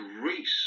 Greece